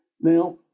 Now